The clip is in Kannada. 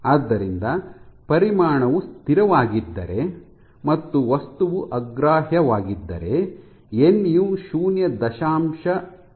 ಆದ್ದರಿಂದ ಪರಿಮಾಣವು ಸ್ಥಿರವಾಗಿದ್ದರೆ ಮತ್ತು ವಸ್ತುವು ಅಗ್ರಾಹ್ಯವಾಗಿದ್ದರೆ ಎನ್ ಯು ಶೂನ್ಯ ದಶಮಾಂಶ ಐದು 0